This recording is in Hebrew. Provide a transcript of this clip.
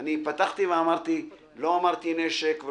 לא אמרתי נשק.